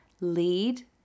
lead